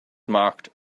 marked